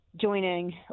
joining